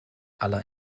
aller